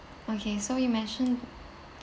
okay so you mentioned